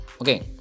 okay